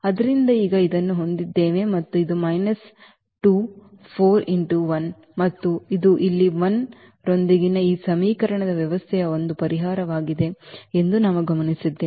ಆದ್ದರಿಂದ ಈಗ ಇದನ್ನು ಹೊಂದಿದ್ದೇವೆ ಮತ್ತು ಇದು ಮೈನಸ್ 2 4 x 1 ಮತ್ತು ಇದು ಇಲ್ಲಿ 1 ರೊಂದಿಗಿನ ಈ ಸಮೀಕರಣದ ವ್ಯವಸ್ಥೆಯ ಒಂದು ಪರಿಹಾರವಾಗಿದೆ ಎಂದು ನಾವು ಗಮನಿಸಿದ್ದೇವೆ